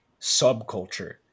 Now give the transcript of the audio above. subculture